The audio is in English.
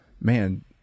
man